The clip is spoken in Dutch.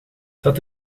dat